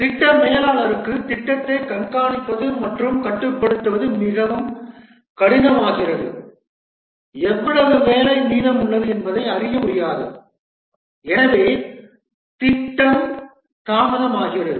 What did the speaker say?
திட்ட மேலாளருக்கு திட்டத்தை கண்காணிப்பது மற்றும் கட்டுப்படுத்துவது மிகவும் கடினமாகிறது எவ்வளவு வேலை மீதமுள்ளது என்பதை அறிய முடியாது எனவே திட்டம் தாமதமாகிறது